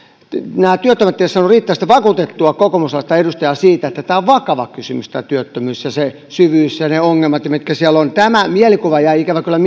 nämä työttömät eivät ole saaneet riittävästi vakuutettua kokoomuslaista edustajaa siitä että tämä työttömyys on vakava kysymys ja sen syvyydestä ja niistä ongelmista mikä siellä on tämä mielikuva jäi ikävä kyllä